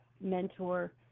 mentor